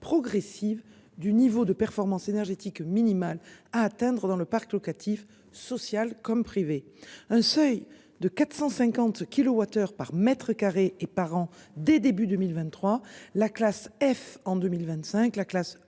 progressive du niveau de performance énergétique minimal à atteindre dans le parc locatif social comme privés un seuil de 450 kWh par mètre carré et par an dès début 2023 la classe F en 2025, la Classe E